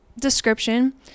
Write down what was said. description